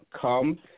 Come